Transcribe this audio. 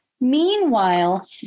Meanwhile